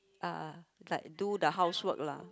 ah like do the housework lah